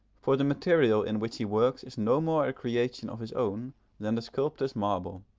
for the material in which he works is no more a creation of his own than the sculptor's marble.